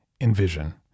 envision